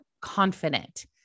confident